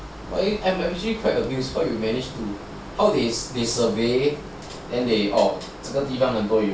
I'm actually quite amused by how they survey then they orh 这个地方很多油